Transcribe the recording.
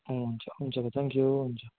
हुन्छ हुन्छ भाइ थ्याङ्कयू हुन्छ